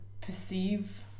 perceive